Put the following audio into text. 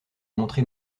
montré